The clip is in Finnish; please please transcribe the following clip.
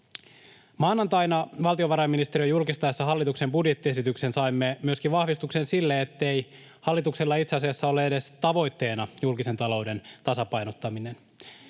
Maanantaina valtiovarainministeriön julkistaessa hallituksen budjettiesityksen saimme myöskin vahvistuksen sille, ettei hallituksella itse asiassa ole edes tavoitteena julkisen talouden tasapainottaminen.